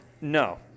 no